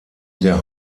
der